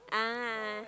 ah